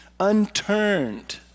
Unturned